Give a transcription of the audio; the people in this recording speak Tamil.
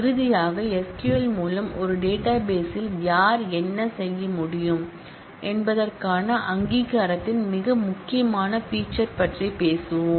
இறுதியாக SQL மூலம் ஒரு டேட்டாபேஸ் ல் யார் என்ன செய்ய முடியும் என்பதற்கான அங்கீகாரத்தின் மிக முக்கியமான பீச்சர் பற்றி பேசுவோம்